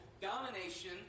domination